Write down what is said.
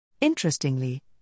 Interestingly